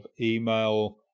email